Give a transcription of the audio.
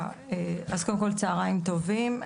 אז קודם כל, צהריים טובים.